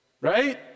right